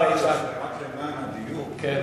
רק למען הדיוק,